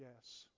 yes